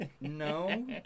No